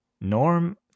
Norm